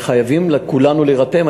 וכולנו חייבים להירתם.